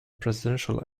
presidential